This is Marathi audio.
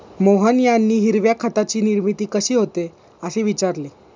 मोहन यांनी हिरव्या खताची निर्मिती कशी होते, असे विचारले